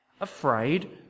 afraid